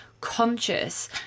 conscious